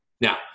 Now